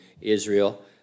Israel